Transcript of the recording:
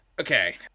okay